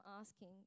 asking